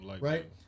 Right